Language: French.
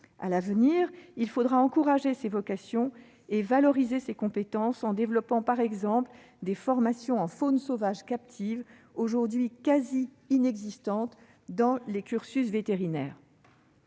À l'avenir, il faudra encourager ces vocations et valoriser ces compétences, en développant, par exemple, des formations en faune sauvage captive, aujourd'hui quasi inexistantes, dans les cursus vétérinaires.